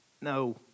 No